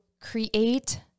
create